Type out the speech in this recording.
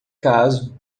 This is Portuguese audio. caso